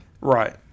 Right